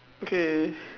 okay